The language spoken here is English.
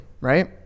right